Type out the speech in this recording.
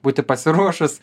būti pasiruošus